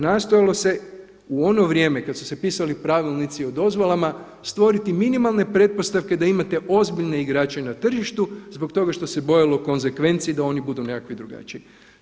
Nastojalo se u ono vrijeme kad su se pisali pravilnici o dozvolama stvoriti minimalne pretpostavke da imate ozbiljne igrače na tržištu zbog toga što se bojalo konzekvenci da oni budu nekakvi drugačiji.